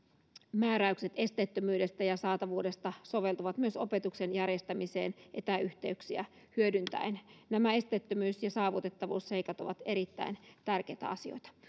määräykset esteettömyydestä ja saatavuudesta soveltuvat myös opetuksen järjestämiseen etäyhteyksiä hyödyntäen nämä esteettömyys ja saavutettavuusseikat ovat erittäin tärkeitä asioita